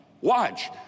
watch